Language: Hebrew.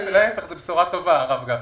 זו בשורה טובה, הרב גפני.